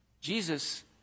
Jesus